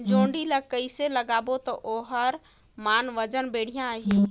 जोणी ला कइसे लगाबो ता ओहार मान वजन बेडिया आही?